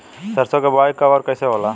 सरसो के बोआई कब और कैसे होला?